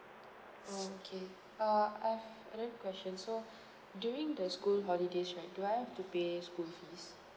okay uh I've another question so during the school holidays right do I have to pay school fees